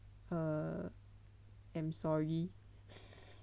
err I'm sorry